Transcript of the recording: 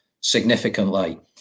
significantly